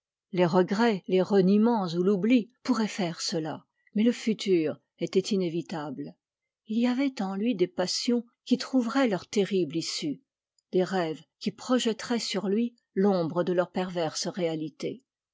les regrets les reniements ou l'oubli pourraient faire cela mais le futur était inévitable il y avait en lui des passions qui trouveraient leur terrible issue des rêves qui projetteraient sur lui l'ombre de leur perverse réalité